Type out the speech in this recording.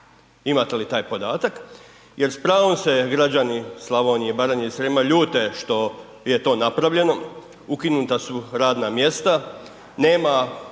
imate li taj podatak, jer s pravom se građani Slavonije, Baranje i Srijema ljute što je to napravljeno, ukinuta su radna mjesta, nema